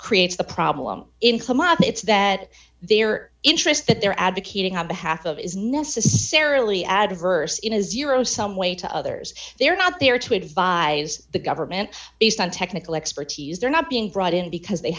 creates the problem in come up it's that their interest that they're advocating on behalf of is necessarily adverse in a zero sum way to others they're not there to advise the government based on technical expertise they're not being brought in because they